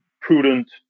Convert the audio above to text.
prudent